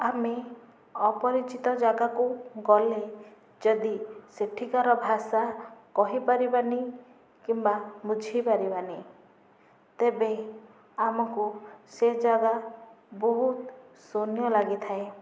ଆମେ ଅପରିଚିତ ଜାଗାକୁ ଗଲେ ଯଦି ସେଠିକାର ଭାଷା କହିପାରିବାନି କିମ୍ବା ବୁଝିପାରିବାନି ତେବେ ଆମକୁ ସେ ଜାଗା ବହୁତ୍ ଶୂନ୍ୟ ଲାଗିଥାଏ